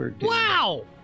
Wow